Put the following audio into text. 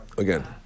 Again